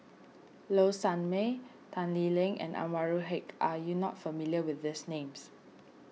Low Sanmay Tan Lee Leng and Anwarul Haque are you not familiar with these names